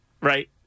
right